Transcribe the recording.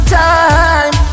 time